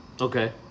okay